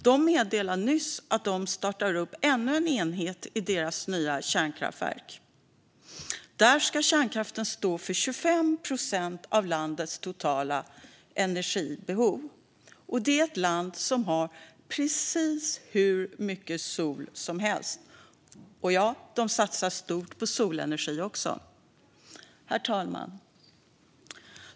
De meddelade nyligen att de startar upp ännu en enhet i sitt nya kärnkraftverk. Där ska kärnkraften stå för 25 procent av landets totala energibehov, detta i ett land som har precis hur mycket sol som helst. Och ja, de satsar stort på solenergi också. Herr talman!